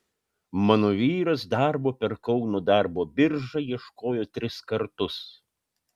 mano vyras darbo per kauno darbo biržą ieškojo tris kartus